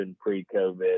pre-COVID